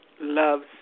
loves